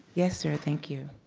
yes sir, thank you.